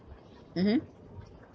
mmhmm